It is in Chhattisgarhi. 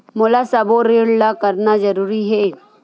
मोला सबो ऋण ला करना जरूरी हे?